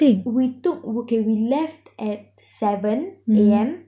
we took okay we left at seven A_M